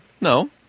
No